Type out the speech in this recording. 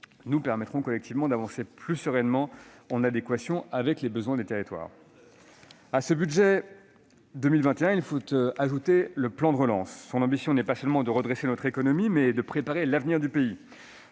nous permettront d'avancer collectivement plus sereinement, en adéquation avec les besoins des territoires. À ce budget pour 2021, il faut ajouter le plan de relance. Son ambition est non pas seulement de redresser notre économie, mais aussi de préparer l'avenir du pays.